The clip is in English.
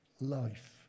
life